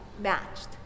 matched